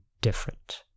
different